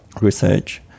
research